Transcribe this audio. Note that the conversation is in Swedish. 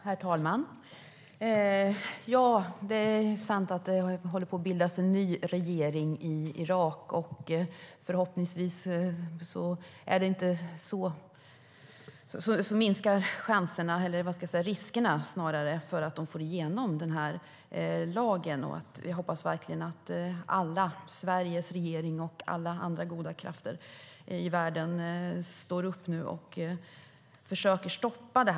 Herr talman! Det är sant att det håller på att bildas en ny regering i Irak. Förhoppningsvis minskar riskerna för att man får igenom det här lagförslaget. Vi hoppas verkligen att Sveriges regering och alla andra goda krafter i världen står upp och försöker stoppa det.